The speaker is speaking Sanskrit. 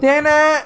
तेन